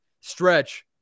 stretch